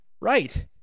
Right